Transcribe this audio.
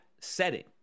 setting